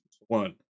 One